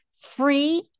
free